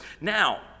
Now